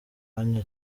kanya